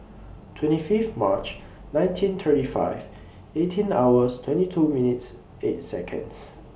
twenty Fifth March nineteen thirty five eighteen hours twenty two minutes eight Seconds